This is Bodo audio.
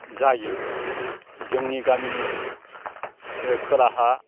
जायो जोंनि गामिनि खोलाहा